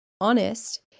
honest